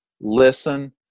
Listen